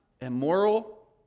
immoral